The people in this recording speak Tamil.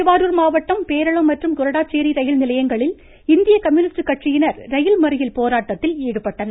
திருவாரூர் மாவட்டம் பேரளம் மற்றும் கொரடாச்சேரி ரயில் நிலையங்களில் இந்திய கம்யூனிஸ்ட் கட்சியினர் ரயில் மறியல் போராட்டத்தில் ஈடுபட்டனர்